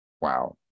Wow